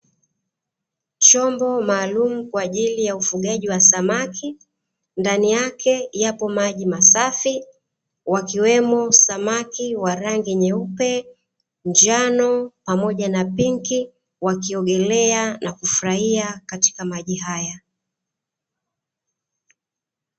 Chombo maalumu kwa ajili ya ufugaji wa samaki, ndani yake yapo maji masafi wakimemo samaki wa rangi nyeupe, njano pamoja na pinki wakiogelea na kufurahia katika maji haya.